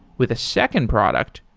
with a second product,